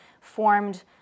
formed